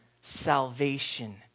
salvation